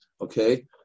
Okay